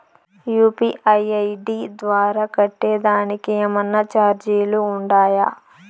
UPI ID ద్వారా కట్టేదానికి ఏమన్నా చార్జీలు ఉండాయా?